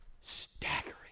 staggering